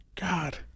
God